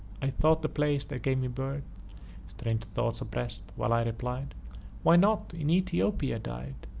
i thought the place that gave me birth strange thoughts oppress'd while i replied why not in ethiopia died?